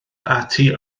ati